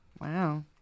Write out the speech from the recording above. Wow